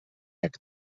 jak